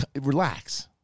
relax